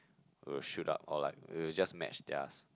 will shoot up or like will just match theirs